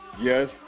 Yes